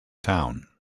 town